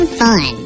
fun